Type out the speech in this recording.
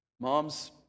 Moms